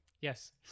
Yes